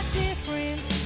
difference